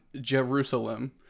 Jerusalem